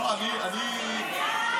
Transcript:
אני מציג את החוק.